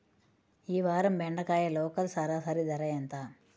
ఈ వారం బెండకాయ లోకల్ సరాసరి ధర ఎంత?